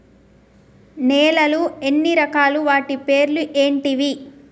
నేలలు ఎన్ని రకాలు? వాటి పేర్లు ఏంటివి?